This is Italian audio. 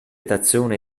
tazzone